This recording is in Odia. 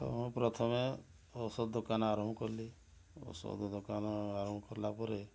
ମୁଁ ପ୍ରଥମେ ଔଷଧ ଦୋକାନ ଆରମ୍ଭ କଲି ଔଷଧ ଦୋକାନ ଆରମ୍ଭ କଲା ପରେ